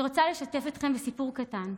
אני רוצה לשתף אתכם בסיפור קטן,